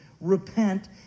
Repent